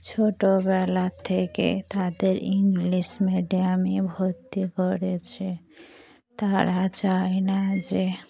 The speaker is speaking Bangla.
ছোটবেলা থেকে তাদের ইংলিশ মিডিয়ামে ভর্তি করেছে তারা চায় না যে